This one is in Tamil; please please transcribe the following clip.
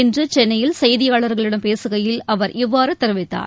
இன்று சென்னையில் செய்தியாளர்களிடம் பேசுகையில் அவர் இவ்வாறு தெரிவித்தார்